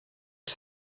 que